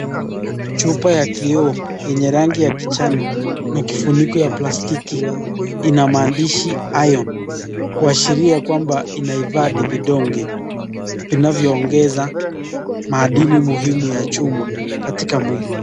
Chupa ya kioo yenye rangi ya kijani na kifuniko ya plastiki, ina maandishi iron kuashiria kwamba inahifadhi vidonge inavyo ongezea madini muhimu ya chuma katika mwili.